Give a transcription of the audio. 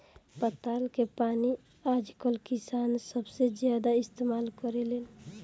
पताल के पानी आजकल किसान सबसे ज्यादा इस्तेमाल करेलेन